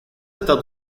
está